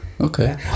okay